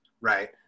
right